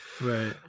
right